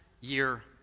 year